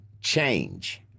change